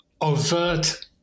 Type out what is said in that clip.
overt